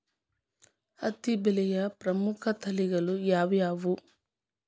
ಹತ್ತಿ ಬೆಳೆಯ ಪ್ರಮುಖ ತಳಿಗಳು ಯಾವ್ಯಾವು?